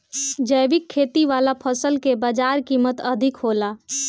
जैविक खेती वाला फसल के बाजार कीमत अधिक होला